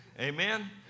Amen